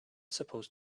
supposed